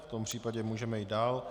V tom případě můžeme jít dál.